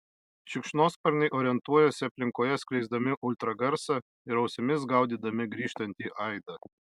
šikšnosparniai orientuojasi aplinkoje skleisdami ultragarsą ir ausimis gaudydami grįžtantį aidą